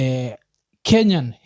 Kenyan